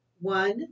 One